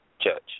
Church